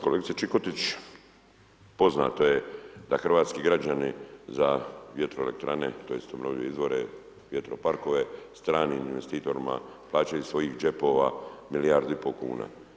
Kolegice Čikotić, poznato je da hrvatski građani za vjetroelektrane tj. obnovljive izvore, vjetroparkove, stranim investitorima plaćaju iz svojih džepova milijardu i pol kuna.